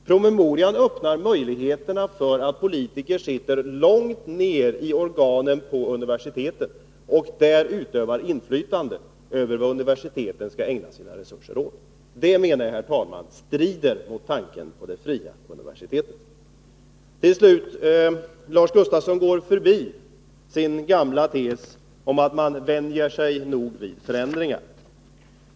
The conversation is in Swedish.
Promemorian öppnar möjligheter för politiker att i detalj utöva inflytande över vad universiteten skall använda sina resurser till. Detta menar jag, herr talman, strider mot tanken på det fria universitetet. Till slut, Lars Gustafsson går nu förbi sin tes att man nog vänjer sig vid förändringar.